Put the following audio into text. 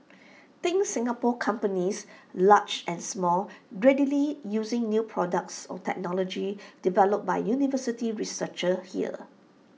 think Singapore companies large and small readily using new products or technology developed by university researchers here